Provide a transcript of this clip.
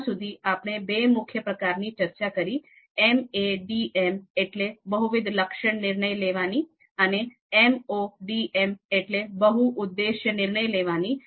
હમણાં સુધી આપણે બે મુખ્ય પ્રકાર ની ચર્ચા કરી MADM બહુ લક્ષણ નિર્ણય લેવાની અને MODM બહુ ઉદ્દેશ નિર્ણય લેવાની